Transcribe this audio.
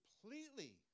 completely